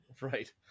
Right